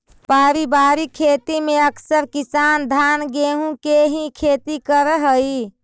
पारिवारिक खेती में अकसर किसान धान गेहूँ के ही खेती करऽ हइ